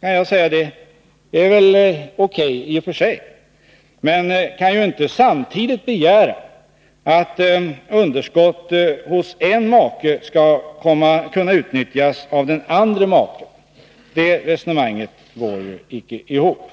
är väl O. K. i och för sig, men man kan ju inte samtidigt begära att underskott hos en make skall kunna utnyttjas av den andre maken. Det resonemanget går inte ihop.